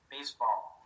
Baseball